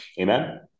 amen